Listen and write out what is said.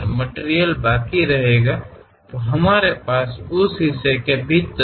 ಆದ್ದರಿಂದ ಆ ಭಾಗದೊಳಗೆ ನಾವು ಆ ವಸ್ತುವನ್ನು ಹೊಂದಿದ್ದೇವೆ